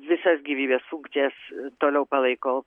ir visas gyvybės funkcijas toliau palaiko